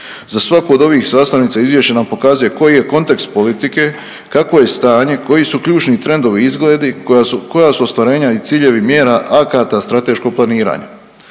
Za svaku od ovih sastavnica izvješće nam pokazuje koji je kontekst politike, kakvo je stanje, koji su ključni trendovi i izgledi, koja su ostvarenja i ciljevi mjera akata strateškog planiranja.